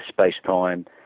space-time